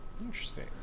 Interesting